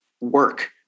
work